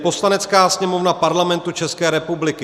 Poslanecká sněmovna Parlamentu České republiky